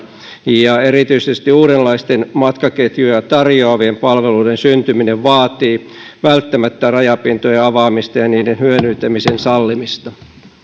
ja erityisesti uudenlaisten matkaketjuja tarjoavien palveluiden syntyminen vaatii välttämättä rajapintojen avaamista ja niiden hyödyntämisen sallimista